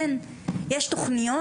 יש תוכניות.